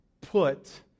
Put